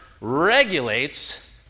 regulates